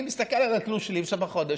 אני מסתכל על התלוש שלי בסוף החודש,